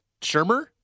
Shermer